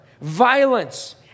violence